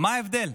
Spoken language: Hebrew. מה ההבדל?